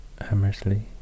Hammersley